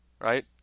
right